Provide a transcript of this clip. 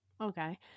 Okay